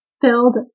filled